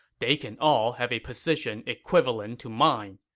they can all have a position equivalent to mine.